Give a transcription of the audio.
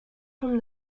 from